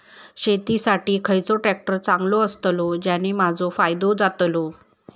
शेती साठी खयचो ट्रॅक्टर चांगलो अस्तलो ज्याने माजो फायदो जातलो?